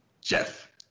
Jeff